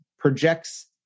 projects